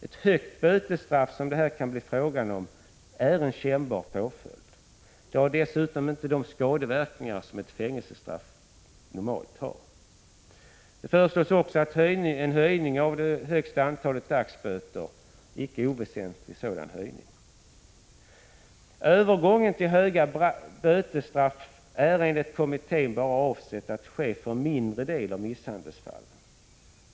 Ett högt bötesstraff, som det här kan bli fråga om, är en kännbar påföljd. Det har dessutom inte de skadeverkningar som ett fängelsestraff normalt har. Det föreslås också en höjning av högsta antalet dagsböter, en icke oväsentlig sådan höjning. Övergång till höga bötesstraff avses enligt kommittén bara ske för en mindre del av misshandelsfallen.